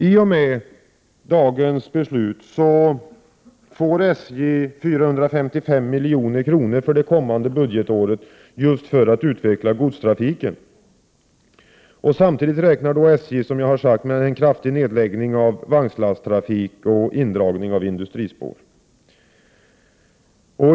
I och med dagens beslut får SJ 455 milj.kr. för kommande budgetår för att utveckla godstrafiken. Samtidigt räknar SJ, som jag har sagt, med en kraftig nedläggning av vagnslasttrafik och indragning av industrispår.